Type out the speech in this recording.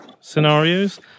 scenarios